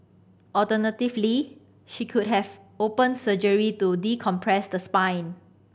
alternatively she could have open surgery to decompress the spine